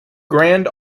grand